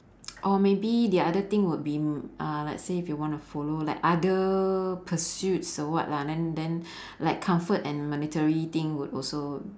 or maybe the other thing would be uh let's say if you wanna follow like other pursuits or what lah then then like comfort and monetary thing would also